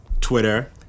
Twitter